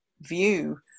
view